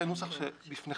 לפי הנוסח שלפניכם,